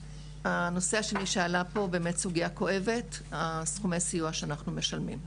הנושא השני שעלה פה הוא באמת סוגיה כואבת סכומי הסיוע שאנחנו משלמים.